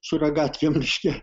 su ragatkėm reiškia